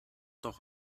doch